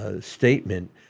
statement